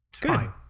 Good